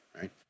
right